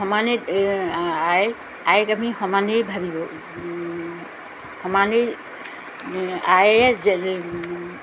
সমানেই আই আইক আমি সমানেই ভাবিব সমানেই আয়ে যেনে